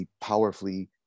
powerfully